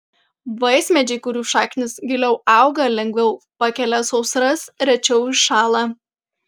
vaismedžiai kurių šaknys giliau auga lengviau pakelia sausras rečiau iššąla